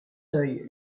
œil